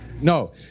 No